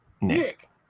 Nick